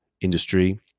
industry